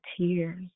tears